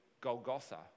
Golgotha